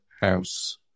house